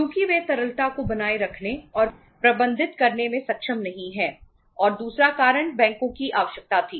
क्योंकि वे तरलता को बनाए रखने और प्रबंधित करने में सक्षम नहीं हैं और दूसरा कारण बैंकों की आवश्यकता थी